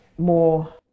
more